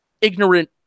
ignorant